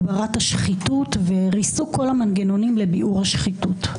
הגברת השחיתות וריסוק כל המנגנונים לביעור השחיתות.